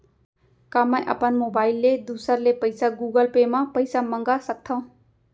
का मैं अपन मोबाइल ले दूसर ले पइसा गूगल पे म पइसा मंगा सकथव?